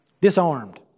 Disarmed